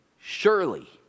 surely